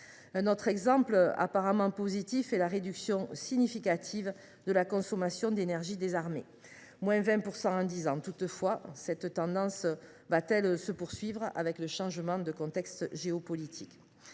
Un autre exemple apparemment positif est la réduction significative de la consommation d’énergie des armées : cette baisse atteint 20 % en dix ans. Toutefois, cette tendance va t elle se poursuivre avec le changement de contexte géopolitique ?